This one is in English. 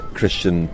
Christian